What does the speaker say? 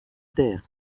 taire